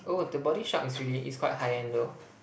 oh the Body Shop is really is quite high end though